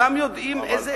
כולנו יודעים איזה אפקט,